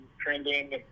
trending